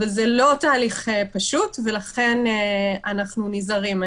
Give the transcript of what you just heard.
ולכן אנחנו נזהרים.